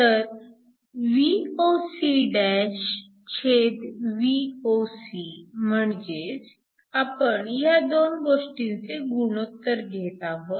तर VocVoc म्हणजेच आपण ह्या दोन गोष्टींचे गुणोत्तर घेत आहोत